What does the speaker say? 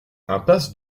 impasse